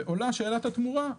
ועולה שאלת התמורה,